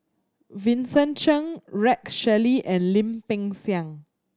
Vincent Cheng Rex Shelley and Lim Peng Siang